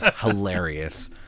hilarious